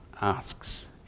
asks